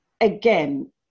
Again